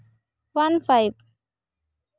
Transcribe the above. one five